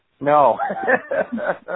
No